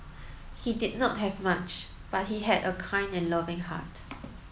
he did not have much but he had a kind and loving heart